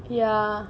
ya